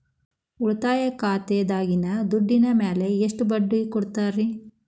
ಉಳಿತಾಯ ಖಾತೆದಾಗಿನ ದುಡ್ಡಿನ ಮ್ಯಾಲೆ ಎಷ್ಟ ಬಡ್ಡಿ ಕೊಡ್ತಿರಿ?